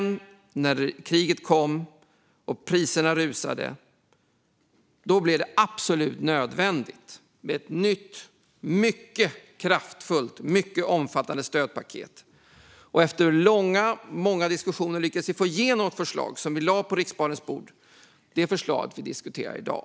Men sedan när kriget kom och priserna rusade blev det absolut nödvändigt med ett nytt, mycket kraftfullt och mycket omfattande stödpaket. Efter många långa diskussioner lyckades vi få igenom förslag som vi lade på riksdagens bord. Det är det förslaget vi diskuterar i dag.